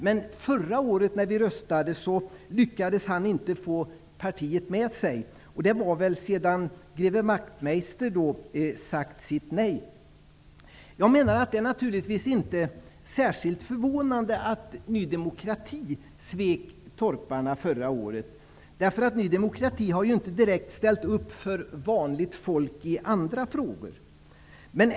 Men förra året vid omröstningen lyckades han inte få partiet med sig -- det var väl efter det att greve Wachtmeister sagt sitt nej. Det är naturligtvis inte särskilt förvånande att Ny demokrati svek torparna förra året, eftersom Ny demokrati inte direkt ställt upp för vanligt folk i andra frågor.